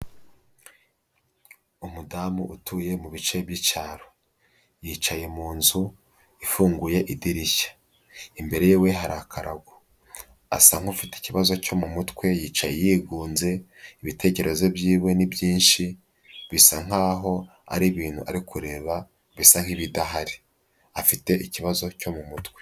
Umudamu utuye mu bice by'icyaro, yicaye mu nzu ifunguye idirishya. Imbere yiwe hari akarago, asa nk'ufite ikibazo cyo mu mutwe, yicaye yigunze, ibitekerezo byiwe ni byinshi, bisa nkaho ari ibintu ari kureba bisa nk'ibidahari, afite ikibazo cyo mu mutwe.